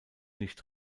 nicht